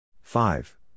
Five